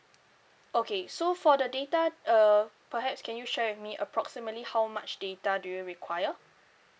okay so for the data that uh perhaps can you share with me approximately how much data do you require